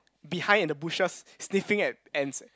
behind at the bushes sniffing at ants eh